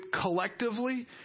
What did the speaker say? collectively